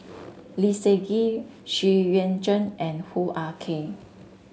Lee Seng Gee Xu Yuan Zhen and Hoo Ah Kay